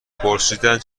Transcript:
پرسیدند